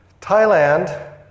Thailand